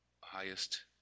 highest